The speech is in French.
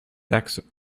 taxes